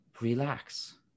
relax